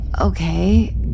okay